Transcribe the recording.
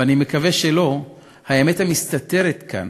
ואני מקווה שלא, האמת המסתתרת כאן